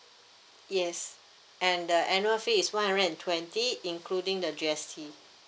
yes and the annual fee is one hundred and twenty including the G_S_T